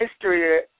history